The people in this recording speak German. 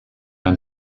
ein